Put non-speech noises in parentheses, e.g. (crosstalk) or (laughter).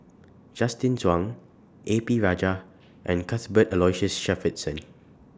Justin Zhuang A P Rajah and Cuthbert Aloysius Shepherdson (noise)